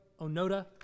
Onoda